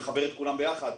לחבר את כולם ביחד,